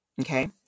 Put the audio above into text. Okay